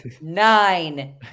nine